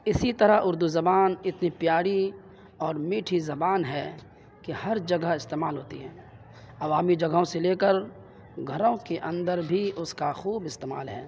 اسی طرح اردو زبان اتنی پیاری اور میٹھی زبان ہے کہ ہر جگہ استعمال ہوتی ہے عوامی جگہوں سے لے کر گھروں کے اندر بھی اس کا خوب استعمال ہے